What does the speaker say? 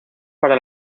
para